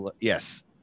yes